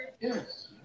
Yes